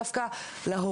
לאו דווקא להורים,